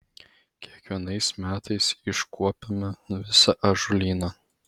kiekvienais metais iškuopiame visą ąžuolyną